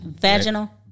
Vaginal